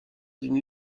d’une